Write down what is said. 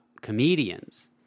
comedians